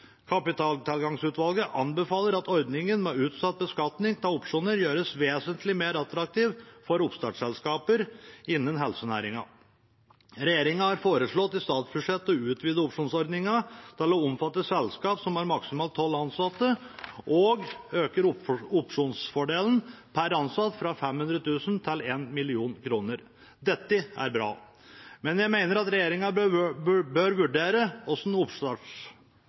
Kapitaltilgangsutvalget anbefaler at ordningen med utsatt beskatning av opsjoner gjøres vesentlig mer attraktiv for oppstartsselskaper innen helsenæringen. Regjeringen har i statsbudsjettet foreslått å utvide opsjonsordningen til å omfatte selskaper som har maksimalt 12 ansatte, og øker opsjonsfordelen per ansatt fra 500 000 kr til 1 mill. kr. Dette er bra, men jeg mener regjeringen bør vurdere hvordan oppstartsordningen kan justeres for at